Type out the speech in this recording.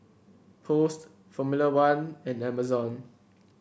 Post Formula One and Amazon